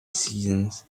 seasons